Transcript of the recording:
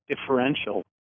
differential